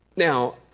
Now